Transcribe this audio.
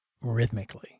rhythmically